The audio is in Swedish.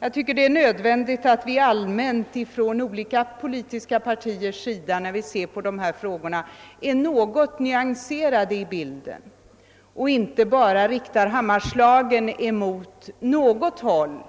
jag tycker att det är nödvändigt att vi allmänt från olika politiska partiers sida ser nyanserat på dessa frågor och inte bara riktar hammarslagen mot ett enda håll.